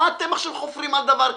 מה אתם עכשיו חופרים על דבר כזה?